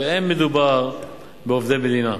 ואין מדובר בעובדי מדינה.